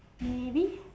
maybe